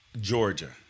Georgia